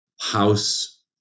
house